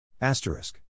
Asterisk